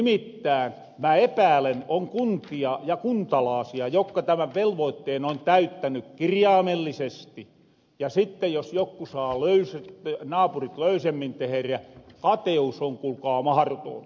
nimittään mä epäälen on kuntia ja kuntalaasia jokka tämän velvoitteen on täyttäny kirjaamellisesti ja sitten jos jokku naapurit saa löysemmin teherä kateus on kuulkaa mahrotoonta